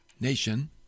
nation